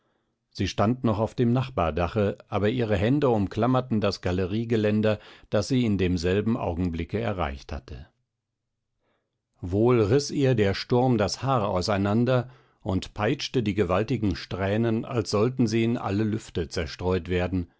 sie stand noch auf dem nachbardache aber ihre hände umklammerten das galeriegeländer das sie in demselben augenblicke erreicht hatte wohl riß ihr der sturm das haar auseinander und peitschte die gewaltigen strähnen als sollten sie in alle lüfte zerstreut werden